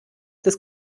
des